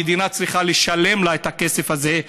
המדינה צריכה לשלם לה את הכסף הזה,